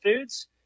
Foods